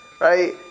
Right